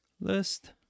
list